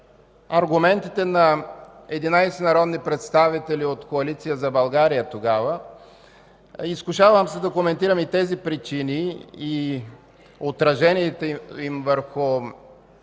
аргументите на 11 народни представители от Коалиция за България тогава. Изкушавам се да коментирам тези причини и отражението им върху